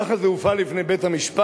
ככה זה הובא לפני בית-המשפט,